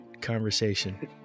conversation